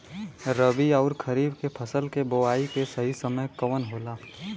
रबी अउर खरीफ के फसल के बोआई के सही समय कवन होला?